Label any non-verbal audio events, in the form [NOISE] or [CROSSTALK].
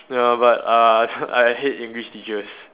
ya but uh I [NOISE] I hate English teachers